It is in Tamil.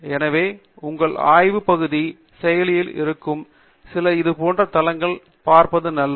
எனவே உங்கள் ஆய்வுப் பகுதிக்கு செயலில் இருக்கும் சில இது போன்ற தளங்களைப் பார்ப்பது நல்லது